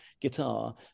guitar